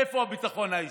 איפה הביטחון האישי?